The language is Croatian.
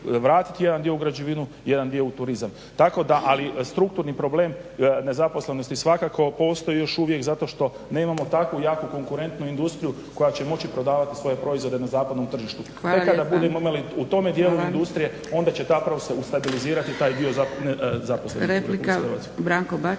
vratiti jedan dio u građevinu, jedan dio u turizam. Ali strukturni problem nezaposlenosti svakako postoji još uvijek zato što nemamo tako jaku konkurentnu industriju koja će moći prodavati svoje proizvode na zapadnom tržištu. Tek kada budemo imali u tom dijelu industrije onda će se stabilizirati taj dio … /govornik se ne razumije./